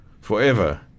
forever